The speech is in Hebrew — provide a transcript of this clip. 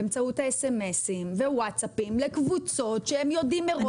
באמצעות ווטסאפים ו-אס.אמ.אסים לקבוצות שהם יודעים מראש,